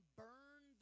burn